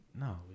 No